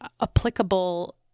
applicable